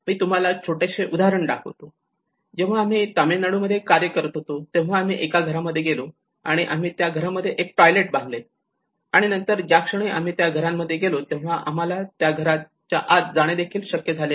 मी तुम्हाला छोटेसे उदाहरण दाखवतो जेव्हा आम्ही तमिळनाडूमध्ये कार्य करत होतो तेव्हा आम्ही एका घरामध्ये गेलो आणि आम्ही त्या घरामध्ये एक टॉयलेट बांधले आणि नंतर ज्या क्षणी आम्ही त्या घरांमध्ये गेलो तेव्हा आम्हाला त्या घराच्या आत जाणे देखील शक्य झाले नाही